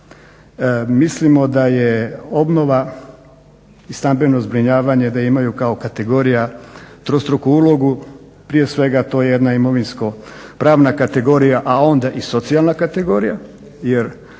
mislimo da je obnova i stambeno zbrinjavanje da imaju kao kategorija trostruku ulogu. Prije svega to je jedna imovinsko-pravna kategorija, a onda i socijalna kategorija jer